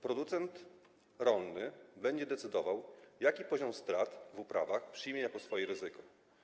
Producent rolny będzie decydował, jaki poziom strat w uprawach przyjmie jako swoje ryzyko.